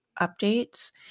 updates